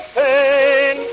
pain